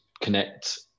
connect